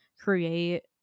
create